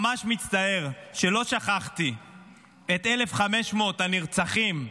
ממש מצטער שלא שכחתי את 1,500 הנרצחים,